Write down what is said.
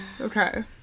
okay